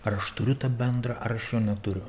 ar aš turiu tą bendrą ar aš jo neturiu